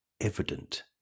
evident